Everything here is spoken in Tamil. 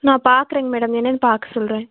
நான் பார்க்குறேங்க மேடம் என்னென்று பார்க்க சொல்கிறேன்